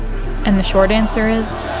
and the short answer is